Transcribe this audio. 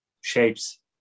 shapes